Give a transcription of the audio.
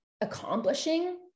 accomplishing